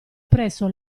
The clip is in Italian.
presso